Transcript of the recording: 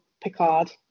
Picard